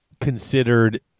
considered